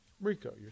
Rico